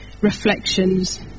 reflections